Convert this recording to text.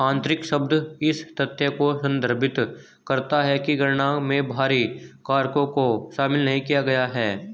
आंतरिक शब्द इस तथ्य को संदर्भित करता है कि गणना में बाहरी कारकों को शामिल नहीं किया गया है